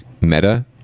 Meta